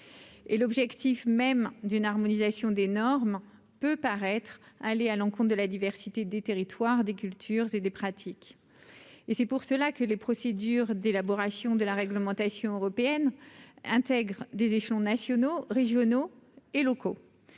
et l'objectif même d'une harmonisation des normes peut paraître aller à l'encontre de la diversité des territoires, des cultures et des pratiques et c'est pour cela que les procédures d'élaboration de la réglementation européenne intègre des échelons nationaux, régionaux et locaux,